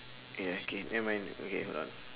ya okay nevermind okay hold on